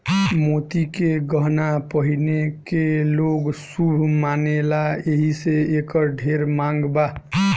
मोती के गहना पहिने के लोग शुभ मानेला एही से एकर ढेर मांग बा